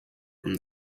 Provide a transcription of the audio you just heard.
from